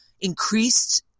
increased